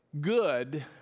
good